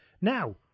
Now